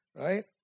right